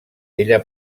ella